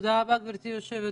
תודה רבה, גברתי יושבת-הראש.